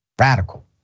Radical